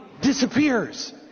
disappears